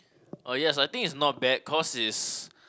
oh yes I think is not bad cause is